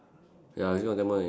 ya we still got ten more minutes